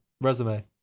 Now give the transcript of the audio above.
resume